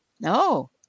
No